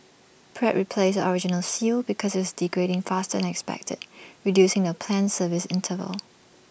Pratt replaced the original seal because IT was degrading faster than expected reducing the planned service interval